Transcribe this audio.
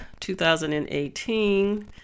2018